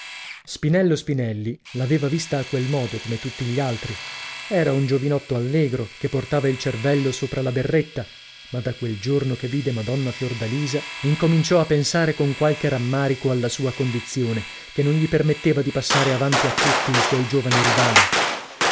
spinello spinelli l'aveva vista a quel modo come tutti gli altri era un giovinotto allegro che portava il cervello sopra la berretta ma da quel giorno che vide madonna fiordalisa incominciò a pensare con qualche rammarico alla sua condizione che non gli permetteva di passare avanti a tutti i suoi giovani rivali